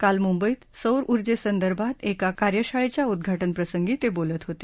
काल मुंबईत सौरऊर्जे संदर्भात एका कार्यशाळेच्या उद्घाटन प्रसंगी ते बोलत होते